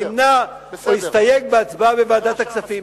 נמנע או הסתייג בהצבעה בוועדת הכספים,